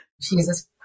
Jesus